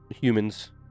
humans